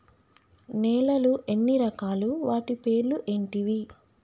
నేలలు ఎన్ని రకాలు? వాటి పేర్లు ఏంటివి?